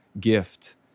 gift